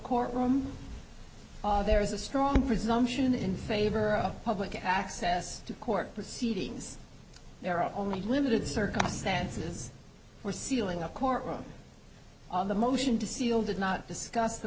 courtroom there is a strong presumption in favor of public access to court proceedings there are only limited circumstances for sealing a court room the motion to seal did not discuss the